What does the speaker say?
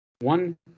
One